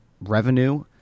revenue